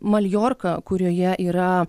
maljorką kurioje yra